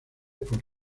por